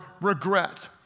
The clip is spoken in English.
regret